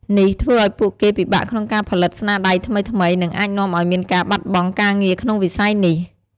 នេះធ្វើឱ្យពួកគេពិបាកក្នុងការផលិតស្នាដៃថ្មីៗ និងអាចនាំឱ្យមានការបាត់បង់ការងារក្នុងវិស័យនេះ។